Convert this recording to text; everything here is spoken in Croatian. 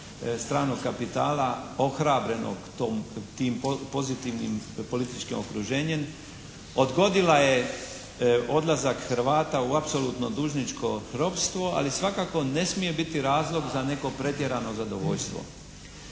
stranog kapitala ohrabrenog tom, tim pozitivnim političkim okruženjem odgodila je odlazak Hrvata u apsolutno dužničko ropstvo ali svakako ne smije biti razlog za neko pretjerano zadovoljstvo.